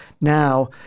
now